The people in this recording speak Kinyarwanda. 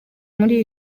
muri